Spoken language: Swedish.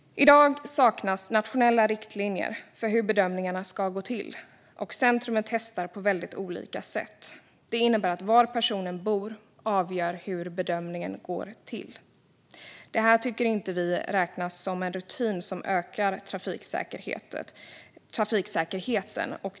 I dag saknas nationella riktlinjer för hur bedömningarna ska gå till, och centrumen testar på väldigt olika sätt. Det innebär att var personen bor avgör hur bedömningen går till. Det här tycker inte vi räknas som en rutin som ökar trafiksäkerheten.